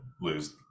lose